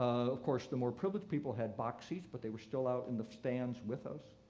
of course, the more privileged people had box seats but they were still out in the stands with us.